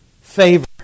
favor